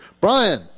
Brian